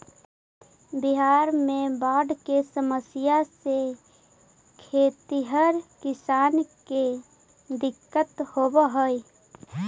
बिहार में बाढ़ के समस्या से खेतिहर किसान के दिक्कत होवऽ हइ